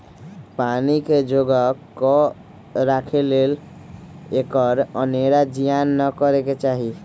पानी के जोगा कऽ राखे लेल एकर अनेरो जियान न करे चाहि